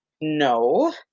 No